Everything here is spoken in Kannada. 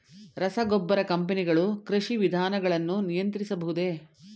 ರಸಗೊಬ್ಬರ ಕಂಪನಿಗಳು ಕೃಷಿ ವಿಧಾನಗಳನ್ನು ನಿಯಂತ್ರಿಸಬಹುದೇ?